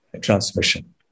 transmission